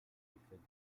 défaite